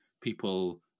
people